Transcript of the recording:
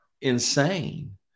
insane